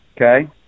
Okay